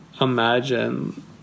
imagine